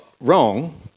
wrong